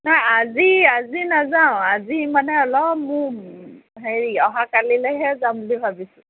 নাই আজি আজি নাযাওঁ আজি মানে অলপ মোৰ হেৰি অহা কালিলৈহে যাম বুলি ভাবিছোঁ